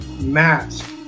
mask